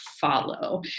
follow